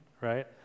right